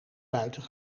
buiten